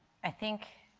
i think